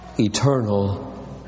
eternal